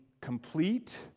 complete